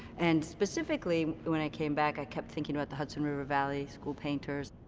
and, specifically, when i came back, i kept thinking about the hudson river valley school painters,